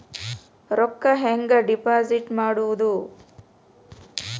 ರೊಕ್ಕ ಹೆಂಗೆ ಡಿಪಾಸಿಟ್ ಮಾಡುವುದು?